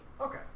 Okay